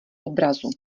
obrazu